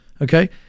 okay